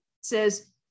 says